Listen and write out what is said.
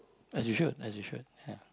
as you should as you should ya